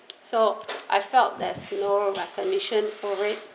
so I felt there's no recognition for it